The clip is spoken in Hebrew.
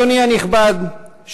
אדוני הנכבד,